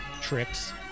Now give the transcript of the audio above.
tricks